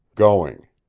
going!